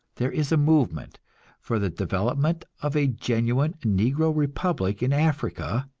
there is a movement for the development of a genuine negro republic in africa,